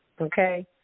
Okay